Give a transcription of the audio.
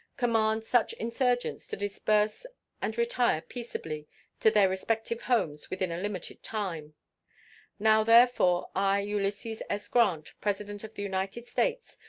command such insurgents to disperse and retire peaceably to their respective homes within a limited time now, therefore, i, ulysses s. grant, president of the united states,